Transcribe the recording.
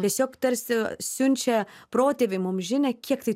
tiesiog tarsi siunčia protėviai mum žinią kiek tai